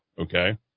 okay